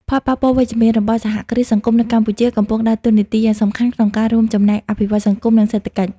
ផលប៉ះពាល់វិជ្ជមានរបស់សហគ្រាសសង្គមនៅកម្ពុជា កំពុងដើរតួនាទីយ៉ាងសំខាន់ក្នុងការរួមចំណែកអភិវឌ្ឍន៍សង្គម និងសេដ្ឋកិច្ច។